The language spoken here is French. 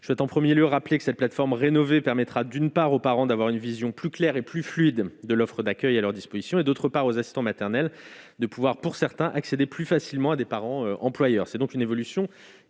je souhaite en 1er lieu rappeler que cette plateforme rénovée permettra d'une part aux parents d'avoir une vision plus claire et plus fluide de l'offre d'accueil à leur disposition et, d'autre part aux assistants maternels de pouvoir pour certains accéder plus facilement à des parents employeurs, c'est donc une évolution